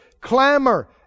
Clamor